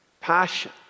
passion